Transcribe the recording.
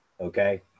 Okay